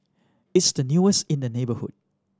it's the newest in the neighbourhood